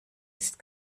ist